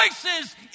voices